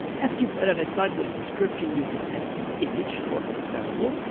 after you've added a title and a description, you can add a image, for example